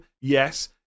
Yes